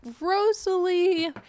Rosalie